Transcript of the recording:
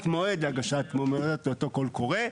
מועד הגשת מועמדויות לאותו קול קורא,